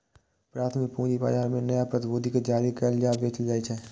प्राथमिक पूंजी बाजार मे नया प्रतिभूति कें जारी कैल आ बेचल जाइ छै